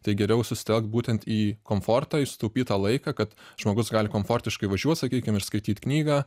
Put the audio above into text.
tai geriau susitelkt būtent į komfortą į sutaupytą laiką kad žmogus gali komfortiškai važiuot sakykim ir skaityt knygą